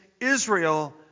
Israel